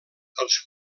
els